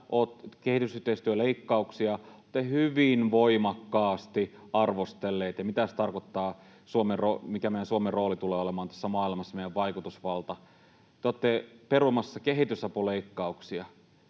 Kehitysyhteistyöleikkauksia olette hyvin voimakkaasti arvostelleet. Mitä se tarkoittaa, mikä Suomen rooli tulee olemaan tässä maailmassa, meidän vaikutusvaltamme? Te olette perumassa kehitysapuleikkauksia,